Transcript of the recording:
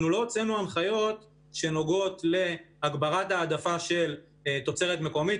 אנחנו לא הוצאנו הנחיות שנוגעות להגברת ההעדפה של תוצרת מקומית.